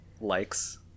likes